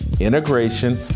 Integration